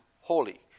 holy